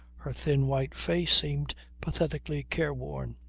her thin white face seemed pathetically careworn.